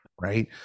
right